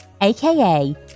aka